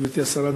גברתי השרה,